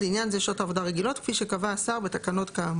לדעתי המילים "כפי שייקבע" צריך להיות "יקבע אגרות שונות בעד פיקוח כפי